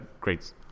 great